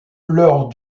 lors